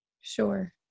Sure